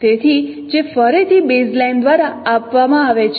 તેથી જે ફરીથી બેઝલાઇન દ્વારા આપવામાં આવે છે